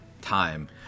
time